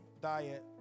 diet